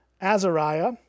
Azariah